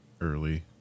early